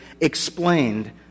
explained